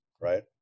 Right